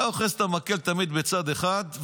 אתה אוחז את המקל תמיד בצד אחד,